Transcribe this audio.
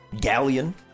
galleon